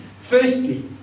Firstly